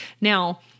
Now